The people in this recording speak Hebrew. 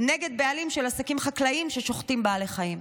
נגד בעלים של עסקים חקלאיים ששוחטים בעלי חיים.